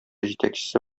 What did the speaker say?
җитәкчесе